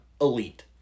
elite